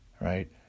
right